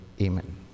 Amen